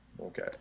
Okay